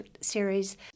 series